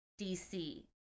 DC